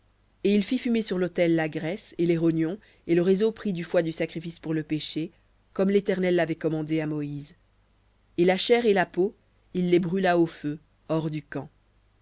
et il fit fumer sur l'autel la graisse et les rognons et le réseau pris du foie du sacrifice pour le péché comme l'éternel l'avait commandé à moïse et la chair et la peau il les brûla au feu hors du camp